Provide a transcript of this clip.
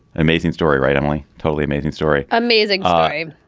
amazing story, right, emily? totally amazing story amazing. i